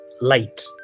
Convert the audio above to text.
light